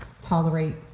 tolerate